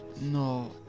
No